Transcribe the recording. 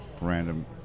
random